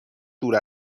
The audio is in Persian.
دور